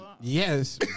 Yes